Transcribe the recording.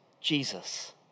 Jesus